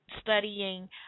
studying